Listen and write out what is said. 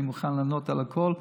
אני מוכן לענות על הכול.